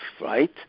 right